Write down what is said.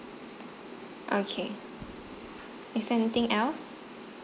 okay is there anything else